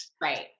Right